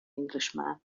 englishman